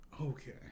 okay